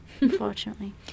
unfortunately